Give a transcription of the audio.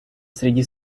среди